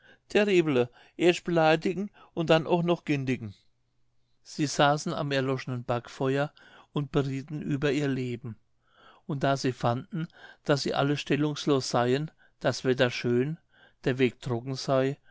erscht beleidigen und dann ooch noch gindigen sie saßen am erloschenen backfeuer und berieten über ihr leben und da sie fanden daß sie alle stellungslos seien das wetter schön der weg trocken sei